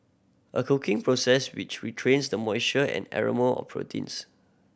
a cooking process which retrains the moisture and aroma of proteins